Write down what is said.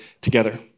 together